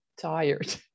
tired